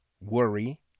worry